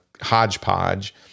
hodgepodge